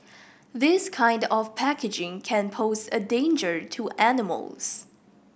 this kind of packaging can pose a danger to animals